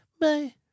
Bye